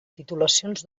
titulacions